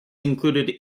included